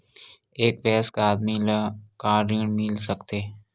एक वयस्क आदमी ल का ऋण मिल सकथे?